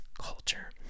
Culture